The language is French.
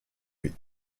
huit